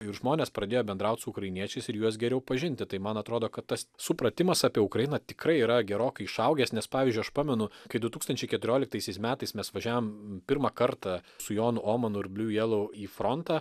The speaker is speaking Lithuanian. ir žmonės pradėjo bendraut su ukrainiečiais ir juos geriau pažinti tai man atrodo kad tas supratimas apie ukrainą tikrai yra gerokai išaugęs nes pavyzdžiui aš pamenu kai du tūkstančiai keturioliktaisiais metais mes važiavom pirmą kartą su jonu omanu ir bliū jelau į frontą